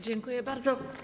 Dziękuję bardzo.